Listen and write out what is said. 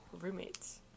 roommates